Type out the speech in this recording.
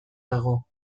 dago